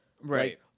Right